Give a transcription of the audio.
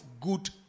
good